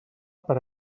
per